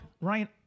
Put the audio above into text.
Ryan